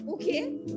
okay